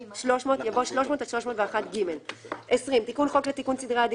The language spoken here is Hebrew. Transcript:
300" יבוא "300 עד 301ג". תיקון חוק לתיקון סדרי הדין